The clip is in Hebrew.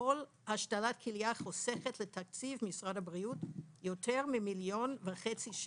כל השתלת כליה חוסכת לתקציב משרד הבריאות יותר ממיליון שקלים וחצי,